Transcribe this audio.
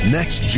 Next